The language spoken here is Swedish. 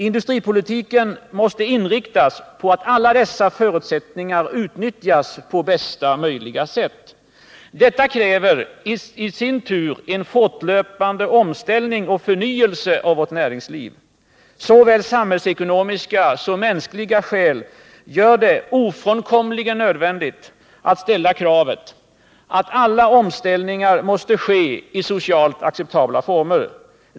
Industripolitiken måste inriktas så, att alla dessa förutsättningar utnyttjas på bästa möjliga sätt. Detta kräver i sin tur en fortlöpande omställning och förnyelse av vårt näringsliv. Såväl samhällsekonomiska som mänskliga skäl gör det ofrånkomligen nödvändigt att ställa kravet att alla omställningar måste ske i socialt acceptabla former.